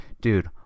dude